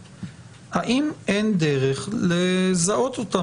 האם אין דרך לזהות אותם?